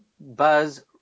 buzz